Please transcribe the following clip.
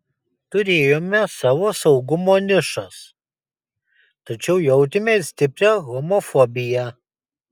turėjome savo saugumo nišas tačiau jautėme ir stiprią homofobiją